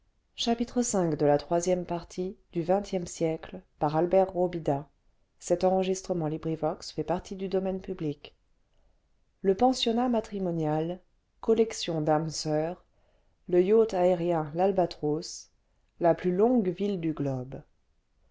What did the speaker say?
le pensionnat matrimonial collection d'âmes soeurs le yacht aérien l'albatros la plus longue ville du globe